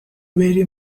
very